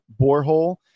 borehole